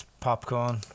popcorn